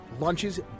Lunches